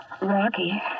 Rocky